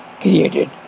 created